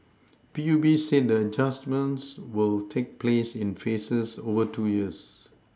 P U B said the adjustments will take place in phases over two years